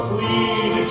lead